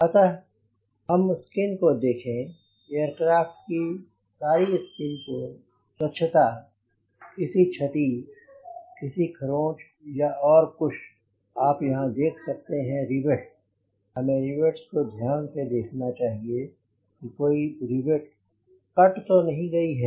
अतः कि हम स्किन को देखें एयरक्राफ़्ट की सारी स्किन को स्वछता किसी क्षति किसी खरोंच या और कुछ आप यहाँ देख सकते हैं रिवेट्स हमें रिवेट्स को ध्यान से देखना चाहिए कि कोई रिवेट्स काट तो नहीं गयी हैं